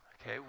Okay